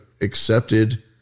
accepted